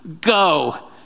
Go